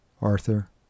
Arthur